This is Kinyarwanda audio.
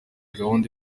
gahunda